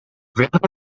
ورد